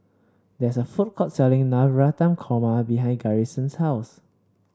there is a food court selling Navratan Korma behind Garrison's house